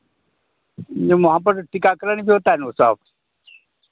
जो वहाँ पर टीकाकरण भी होता है ना वो सब